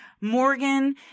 Morgan